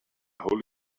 holy